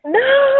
no